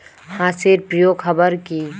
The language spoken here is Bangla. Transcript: হাঁস এর প্রিয় খাবার কি?